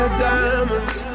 Diamonds